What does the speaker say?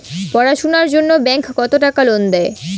পড়াশুনার জন্যে ব্যাংক কত টাকা লোন দেয়?